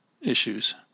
issues